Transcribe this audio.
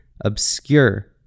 obscure